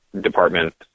department